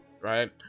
Right